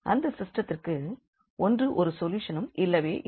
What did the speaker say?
அந்த சிஸ்டத்திற்கு ஒன்று ஒரு சொல்யூஷனும் இல்லவே இல்லை